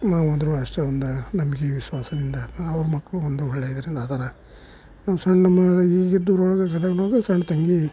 ನಾವಾದರೂ ಅಷ್ಟೇ ಒಂದೇ ನಂಬಿಕೆ ವಿಶ್ವಾಸದಿಂದ ಅವ್ರ ಮಕ್ಕಳು ಒಂದು ಒಳ್ಳೆಯ ಇದರಿಂದ ಅದಾರೆ ನಾವು ಸಣ್ಣ ಮ ಒಳಗೆ ಗದಗ್ದೊಳಗೆ ಸಣ್ಣ ತಂಗಿ